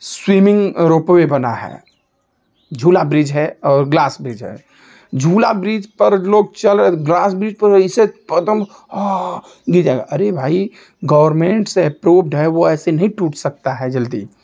swimming ropeway बना है झूला ब्रिज है और ग्लास ब्रिज है झुला ब्रिज पर जो लोग चल ए ग्लास ब्रिज पर अईसे पदम आह गिर जागा अरे भाई गोरमेंट से एप्रूभ्ड है वह ऐसे नहीं टूट सकता है जल्दी